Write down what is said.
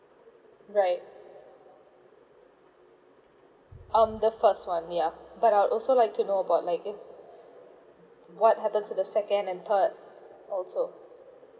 right okay um the first one yeah but I would also like to know about like if what happen to the second and third also